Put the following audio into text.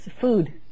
food